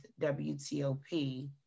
WTOP